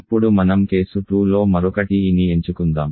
ఇప్పుడు మనం కేసు2 లో మరొక TE ని ఎంచుకుందాం